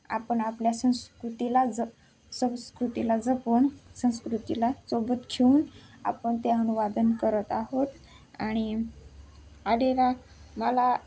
आपण आपल्या संस्कृतीला ज संस्कृतीला जपून संस्कृतीला सोबत घेऊन आपण ते अनुवाद करत आहोत आणि आलेला मला